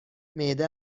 معده